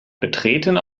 betreten